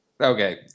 Okay